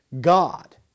God